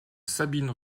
sabine